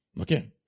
Okay